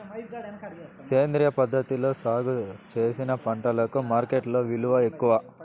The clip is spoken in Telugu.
సేంద్రియ పద్ధతిలో సాగు చేసిన పంటలకు మార్కెట్టులో విలువ ఎక్కువ